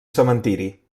cementiri